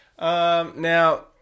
Now